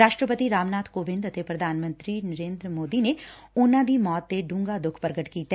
ਰਾਸ਼ਟਰਪਤੀ ਰਾਮ ਨਾਥ ਕੋਵਿੰਦ ਅਤੇ ਪੁਧਾਨ ਮੰਤਰੀ ਨਰੇਂਦਰ ਮੋਦੀ ਨੇ ਉਨਾਂ ਦੀ ਮੌਤ ਤੇ ਡੰਘਾ ਦੱਖ ਪਗਟ ਕੀਤਾ